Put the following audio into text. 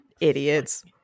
Idiots